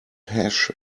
hash